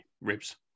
Ribs